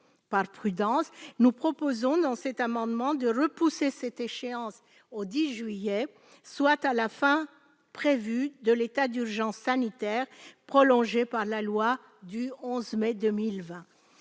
Par prudence, nous proposons de repousser cette échéance au 10 juillet, soit à la fin prévue de l'état d'urgence sanitaire, prolongé par la loi du 11 mai 2020.